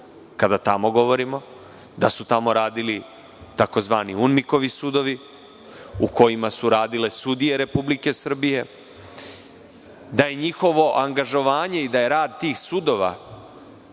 kada govorimo da su tamo radili tzv. UMNIK sudovi, u kojima su radile sudije Republike Srbije, da je njihovo angažovanje i da je rad tih sudova